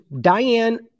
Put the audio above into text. Diane